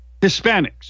Hispanics